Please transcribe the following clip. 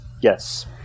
Yes